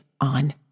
on